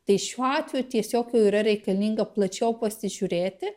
tai šiuo atveju tiesiog jau yra reikalinga plačiau pasižiūrėti